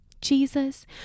Jesus